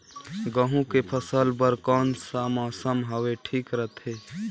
गहूं के फसल बर कौन सा मौसम हवे ठीक रथे?